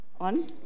on